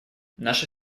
наше